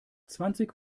zwanzig